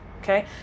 Okay